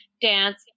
dance